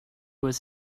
was